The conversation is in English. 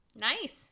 Nice